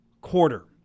quarter